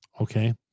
Okay